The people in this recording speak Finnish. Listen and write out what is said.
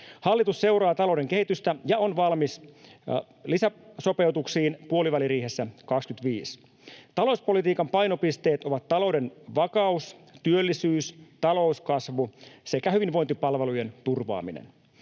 Hallitus seuraa talouden kehitystä ja on valmis lisäsopeutuksiin puoliväliriihessä 2025. Talouspolitiikan painopisteet ovat talouden vakaus, työllisyys, talouskasvu sekä hyvinvointipalvelujen turvaaminen.